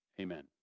Amen